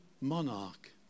monarch